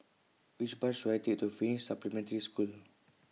Which Bus should I Take to Finnish Supplementary School